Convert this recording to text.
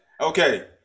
Okay